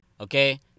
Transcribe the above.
okay